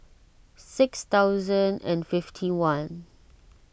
six thousand and fifty one